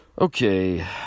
Okay